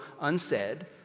unsaid